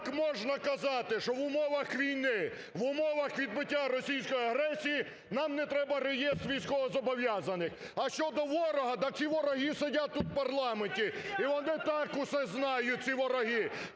Як можна казати, що в умовах війни, в умовах відбиття російської агресії нам не треба реєстр військовозобов'язаних. А щодо ворога. Так ці вороги сидять тут в парламенті, і вони так усе знають ці вороги,